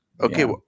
Okay